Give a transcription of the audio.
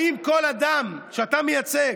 האם כל אדם שאתה מייצג,